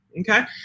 okay